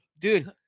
Dude